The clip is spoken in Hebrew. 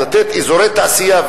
לתת אזורי תעשייה,